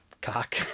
Cock